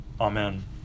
Amen